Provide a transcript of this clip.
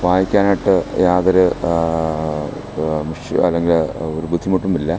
വായിക്കാനായിട്ട് യാതൊരു അതിൻ്റെ ഒരു ബുദ്ധിമുട്ടുമില്ല